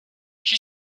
j’y